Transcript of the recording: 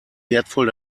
wertvoll